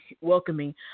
welcoming